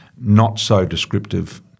not-so-descriptive